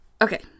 okay